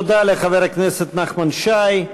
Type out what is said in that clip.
תודה לחבר הכנסת נחמן שי.